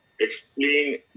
explain